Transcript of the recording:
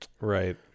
Right